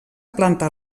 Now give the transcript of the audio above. planta